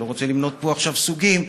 אני לא רוצה למנות פה עכשיו סוגים,